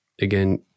again